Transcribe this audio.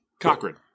Cochran